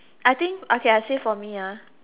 I think okay I say for me